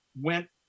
went